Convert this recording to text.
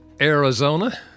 Arizona